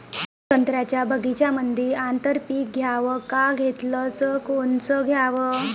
संत्र्याच्या बगीच्यामंदी आंतर पीक घ्याव का घेतलं च कोनचं घ्याव?